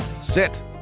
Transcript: sit